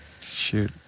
Shoot